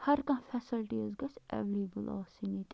ہر کانٛہہ فٮ۪سَلٹیٖز گژھِ ایولیبل آسٕۍ ییٚتہِ